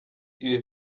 ibi